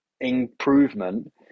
improvement